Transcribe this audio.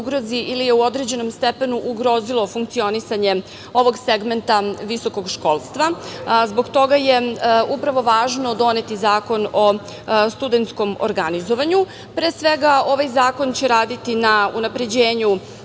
ili je u određenom stepenom ugrozilo funkcionisanje ovog segmenta visokog školstva. Zbog toga je upravo važno doneti Zakon o studentskom organizovanju. Pre svega ovaj zakon će raditi na unapređenju